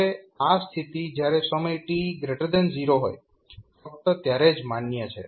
હવે આ સ્થિતિ જયારે સમય t 0 હોય ફક્ત ત્યારે જ માન્ય છે